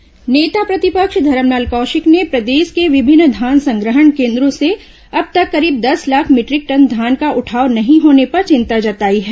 कौशिक बयान नेता प्रतिपक्ष धरमलाल कौशिक ने प्रदेश के विभिन्न धान संग्रहण केन्द्रों से अब तक करीब दस लाख मीटरिक टन धान का उठाव नहीं होने पर चिंता जताई है